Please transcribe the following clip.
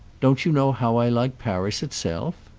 don't you know how i like paris itself?